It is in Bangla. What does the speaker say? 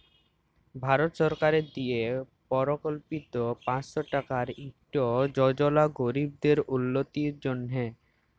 ভারত সরকারের দিয়ে পরকল্পিত পাঁচশ টাকার ইকট যজলা গরিবদের উল্লতির জ্যনহে